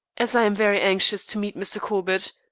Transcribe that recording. as i am very anxious to meet mr. corbett.